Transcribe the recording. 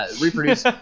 reproduce